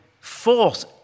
force